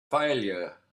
failure